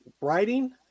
writing